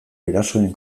erasoen